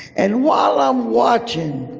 and while i'm watching,